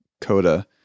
coda